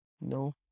No